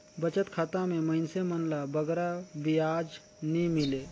बचत खाता में मइनसे मन ल बगरा बियाज नी मिले